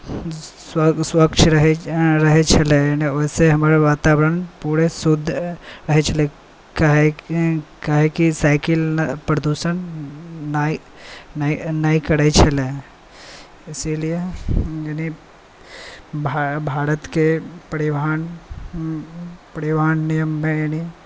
स्वच्छ रहैत छलै ओहिसँ हमर वातावरण पूरे शुद्ध रहैत छलै काहे कि साइकिल प्रदूषण नहि करैत छलै इसीलिए यदि भारतके परिवहन परिवहन नियममे एनी